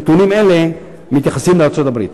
נתונים אלה מתייחסים לארצות-הברית.